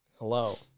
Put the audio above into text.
hello